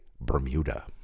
Bermuda